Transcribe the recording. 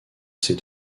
ces